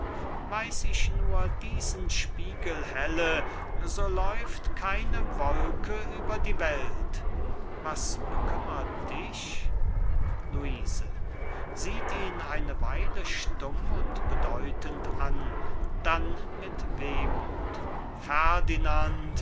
weiß ich nur diesen spiegel helle so läuft keine wolke über die welt was bekümmert dich luise sieht ihn eine weile stumm und bedeutend an dann mit wehmuth